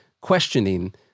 questioning